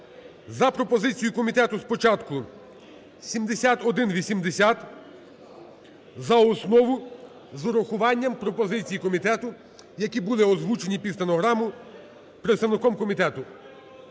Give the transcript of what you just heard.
за пропозицією комітету спочатку 7180 за основу, з урахуванням пропозицій комітету, які були озвучені під стенограму представником комітету.